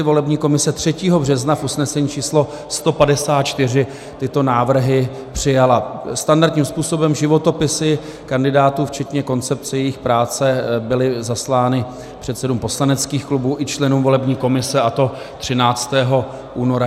Volební komise 3. března v usnesení číslo 154 tyto návrhy přijala standardním způsobem, životopisy kandidátů včetně koncepce jejich práce byly zaslány předsedům poslaneckých klubů i členům volební komise, a to 13. února 2020.